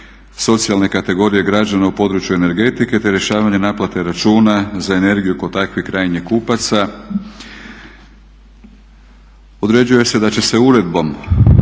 socijalne kategorije građana u području energetike te rješavanje naplate računa za energiju kod takvih krajnjih kupaca. Određuje se da će se uredbom